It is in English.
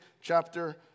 chapter